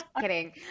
kidding